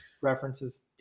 References